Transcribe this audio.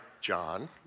John